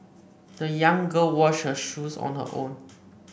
the young girl washed her shoes on her own